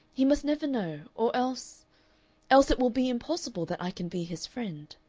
he must never know. or else else it will be impossible that i can be his friend.